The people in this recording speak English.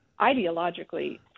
ideologically